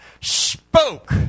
spoke